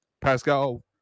Pascal